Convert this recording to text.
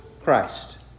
Christ